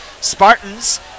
Spartans